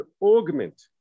augment